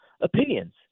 opinions